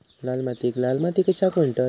लाल मातीयेक लाल माती कशाक म्हणतत?